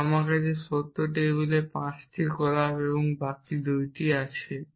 এবং আমার কাছে সত্য টেবিলে 5টি গোলাপ আছে এবং বাকি 2টি আছে